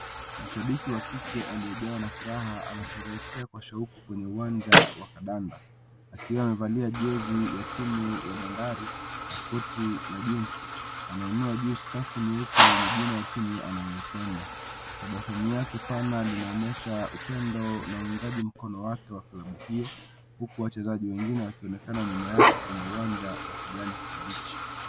Mshabiki wa kike alijawa na furaha, anasherehekea kwa shauku kwenye wanja wakandanda akiwa mvali ya jezi ya timu ya bandari, Na koti la jeans , anainua juu skafu nyeupe, yenye jina ya timu anayopenda. Tabasamu yake pana inaonyesha upendo na uungaji mkono wake wa kalabu hiyo, huku wachezaji wengine wakionekana nyuma yake kwenye uwanja wa kijani kibichi.